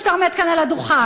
כשאתה עומד כאן על הדוכן,